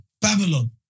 Babylon